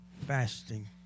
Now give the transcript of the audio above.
fasting